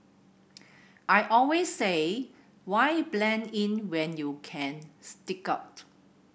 I always say why blend in when you can stick out